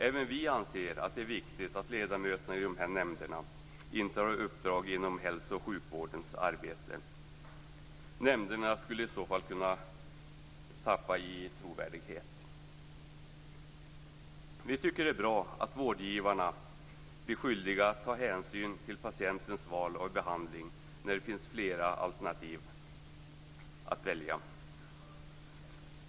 Även vi anser att det är viktigt att ledamöterna i dessa nämnder inte har uppdrag inom hälso och sjukvårdens arbete. Nämnderna skulle i så fall kunna tappa i trovärdighet. Vi tycker att det är bra att vårdgivarna blir skyldiga att ta hänsyn till patientens val av behandling när det finns flera alternativ att välja bland.